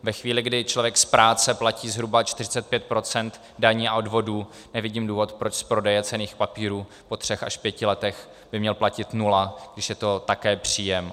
Ve chvíli, kdy člověk z práce platí zhruba 45 % daní a odvodů, nevidím důvod, proč z prodeje cenných papírů po třech až pěti letech by měl platit nula, když je to také příjem.